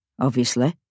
obviously